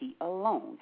alone